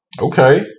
Okay